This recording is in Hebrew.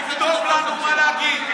תכתוב לנו מה להגיד.